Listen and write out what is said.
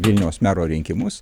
vilniaus mero rinkimus